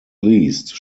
least